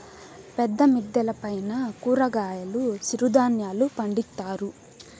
పెద్ద మిద్దెల పైన కూరగాయలు సిరుధాన్యాలు పండిత్తారు